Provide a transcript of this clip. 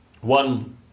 one